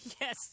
Yes